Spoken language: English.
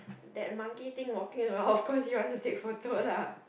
that monkey thing walking around of course he want to take photo lah